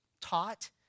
taught